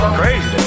crazy